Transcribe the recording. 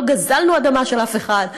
לא גזלנו אדמה של אף אחד.